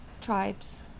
tribes